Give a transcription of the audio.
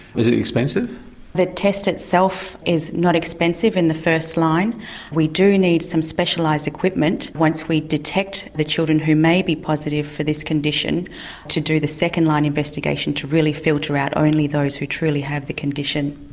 is it expensive the test itself is not expensive in the first line we do need some specialised equipment once we detect the children who may be positive for this condition to do the second line investigation to really filter out only those who truly have the condition.